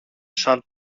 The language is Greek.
σαν